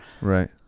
Right